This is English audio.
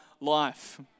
life